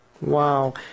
Wow